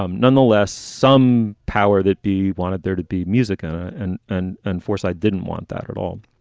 um nonetheless, some power that be wanted there to be music and and and unforced. i didn't want that at all.